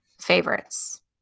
Favorites